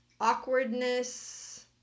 awkwardness